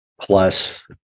plus